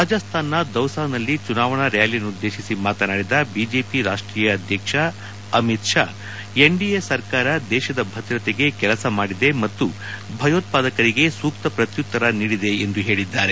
ರಾಜಸ್ಥಾನ್ ನ ದೌಸಾನಲ್ಲಿ ಚುನಾವಣಾ ರ್ನಾಲಿಯನ್ನುದ್ದೇಶಿ ಮಾತನಾಡಿದ ಬಿಜೆಪಿ ರಾಷ್ಷೀಯ ಅಧ್ಯಕ್ಷ ಅಮಿತ್ ಶಾ ಎನ್ ಡಿಎ ಸರ್ಕಾರ ದೇಶದ ಭದ್ರಗೆ ಕೆಲಸ ಮಾಡಿದೆ ಮತ್ತು ಭಯೋತ್ವಾದಕರಿಗೆ ಸೂಕ್ತ ಪ್ರತ್ಯುತ್ತರ ನೀಡಿದೆ ಎಂದು ಹೇಳಿದ್ದಾರೆ